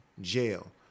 jail